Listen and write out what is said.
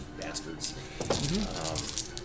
bastards